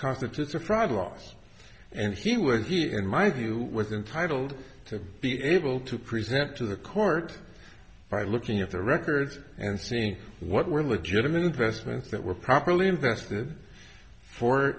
constitutes a fraud loss and he was he in my view was entitled to be able to present to the court by looking at the records and seeing what will it gentleman investments that were properly invested for